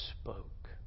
spoke